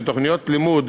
שתוכניות לימוד